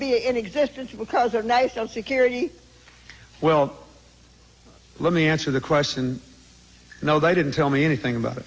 be in existence because our nation's security well let me answer the question no they didn't tell me anything about